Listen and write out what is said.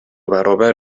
برابر